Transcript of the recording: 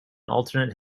alternate